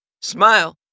Smile